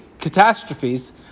catastrophes